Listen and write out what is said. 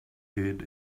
hid